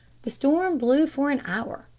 the storm blew for an hour,